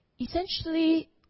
Essentially